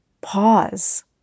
pause